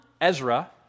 Ezra